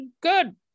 Good